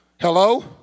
Hello